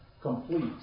complete